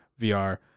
VR